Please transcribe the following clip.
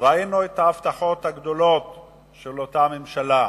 ראינו את ההבטחות הגדולות של אותה ממשלה.